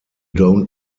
don’t